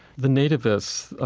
the nativists,